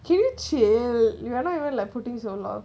can you chill you not even like putting so laugh